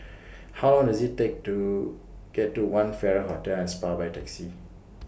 How Long Does IT Take to get to one Farrer Hotel and Spa By Taxi